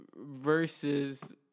versus